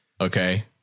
okay